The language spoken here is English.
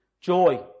joy